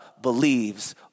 believes